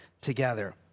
together